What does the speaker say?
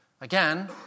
Again